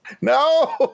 No